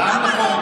למה לא?